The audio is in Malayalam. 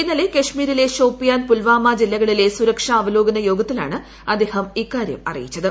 ഇന്നലെ കശ്മീരിലെ ഷോപ്പിയാൻ പുൽവാമ ജില്ലകളിലെ സുരക്ഷ അവലോകന യോഗത്തിലാണ് അദ്ദേഹം ഇക്കാര്യം അറിയിച്ചത്